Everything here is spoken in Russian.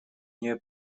нее